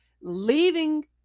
leaving